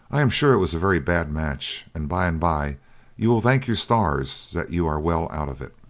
i am sure it was a very bad match, and by-and-by you will thank your stars that you are well out of it